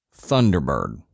Thunderbird